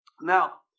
Now